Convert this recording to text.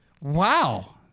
Wow